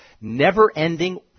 never-ending